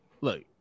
Look